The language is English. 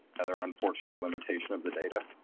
another unfortunate limitation of the data.